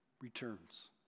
returns